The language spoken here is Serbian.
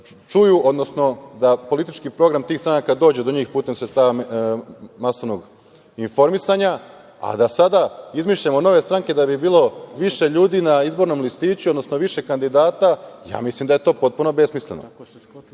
čuju, odnosno, da političi program tih stranka dođu do njih putem sredstava osnovnog informisanja. A da sada izmišljamo nove stranke da bi bilo više ljudi na izbornom listiću, odnosno više kandidata, ja mislim da je to potpuno besmisleno. Dakle,